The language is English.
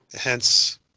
Hence